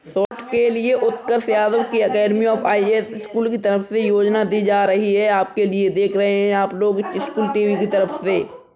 short के लिए संपत्ति की बिक्री की जाती है शॉर्ट के अंतर्गत फिजिकल सेटिंग की चर्चा होती है